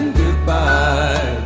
goodbye